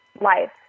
life